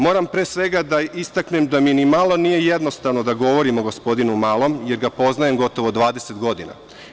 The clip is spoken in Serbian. Moram pre svega da istaknem da mi ni malo nije jednostavno da govorim o gospodinu Malom, jer ga poznajem gotovo 20 godina.